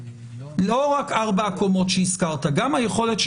לא רק ארבע הקומות שהזכרת אלא גם היכולת של